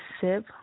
sip